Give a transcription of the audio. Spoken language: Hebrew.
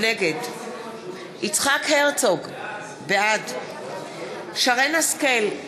נגד יצחק הרצוג, בעד שרן השכל,